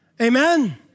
Amen